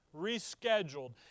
rescheduled